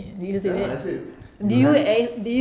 ya lah I said you have